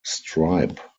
stripe